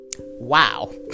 Wow